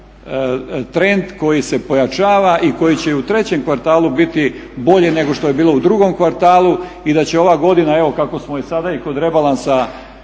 trend koji se pojačava i koji će u trećem kvartalu biti bolji nego što je bio u drugom kvartalu i da će ova godina kako smo je sada i kod rebalansa